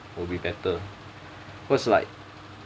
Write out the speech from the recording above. will be better cause like